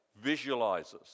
visualizes